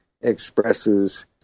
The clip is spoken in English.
expresses